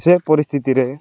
ସେ ପରିସ୍ଥିତିରେ